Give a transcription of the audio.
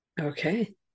okay